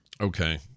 Okay